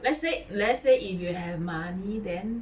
let's say let's say if you have money then